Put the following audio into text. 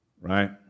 Right